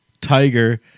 Tiger